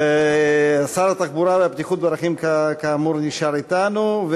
שר התחבורה והבטיחות בדרכים כאמור נשאר אתנו.